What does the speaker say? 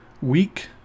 week